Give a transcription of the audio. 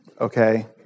Okay